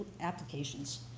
applications